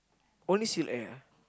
only SilkAir ah